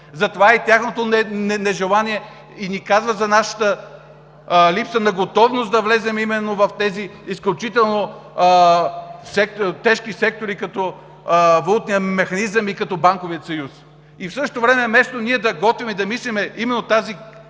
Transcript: Затова е и тяхното нежелание и ни казват за липсата ни на готовност да влезем именно в тези изключително тежки сектори като валутния механизъм и като банковия съюз. В същото време вместо да се готвим и да мислим именно за